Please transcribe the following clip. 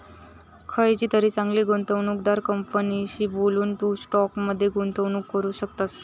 खयचीतरी चांगली गुंवणूकदार कंपनीशी बोलून, तू स्टॉक मध्ये गुंतवणूक करू शकतस